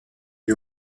est